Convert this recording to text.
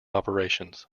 operations